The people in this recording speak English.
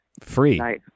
free